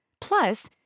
Plus